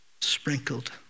sprinkled